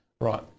Right